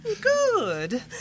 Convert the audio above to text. Good